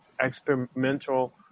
experimental